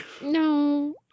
No